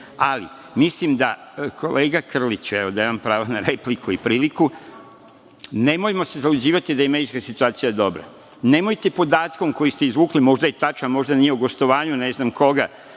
ali mislim da kolega Krlić, evo, dajem vam pravo na repliku i priliku, nemojmo se zaluđivati da je medijska situacija dobra, nemojte podatkom koji ste izvukli, možda je tačan, možda nije u gostovanju, ne znam koga